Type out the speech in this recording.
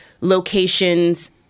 locations